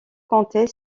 compter